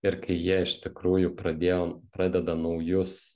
ir kai jie iš tikrųjų pradėjo pradeda naujus